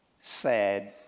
sad